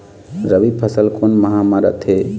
रबी फसल कोन माह म रथे?